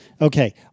Okay